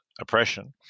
oppression